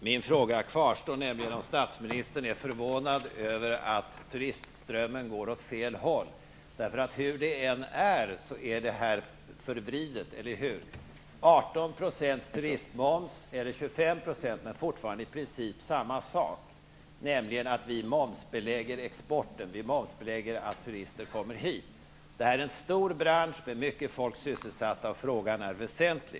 Min fråga kvarstår, nämligen om statsministern är förvånad över att turistströmmen går åt fel håll. Hur det än är med den saken, är detta förvridet, eller hur? 18 % turistmoms eller 25 % är fortfarande i princip samma sak, nämligen att vi momsbelägger exporten. Vi momsbelägger att turister kommer hit. Detta är en stor bransch, som har många människor sysselsatta. Frågan är väsentlig.